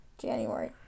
January